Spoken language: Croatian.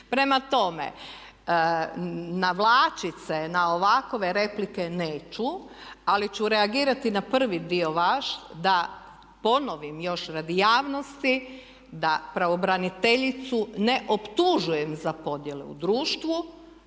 Prema tome, navlačit se na ovakove replike neću, ali ću reagirati na prvi dio vaš da ponovim još radi javnosti da pravobraniteljicu ne optužujem za podjele u društvu,